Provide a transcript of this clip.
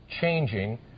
changing